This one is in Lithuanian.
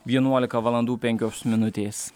vienuolika valandų penkios minutės